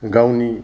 गावनि